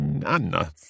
Anna